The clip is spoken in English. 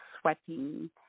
sweating